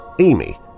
Amy